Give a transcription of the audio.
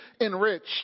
enriched